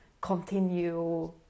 continue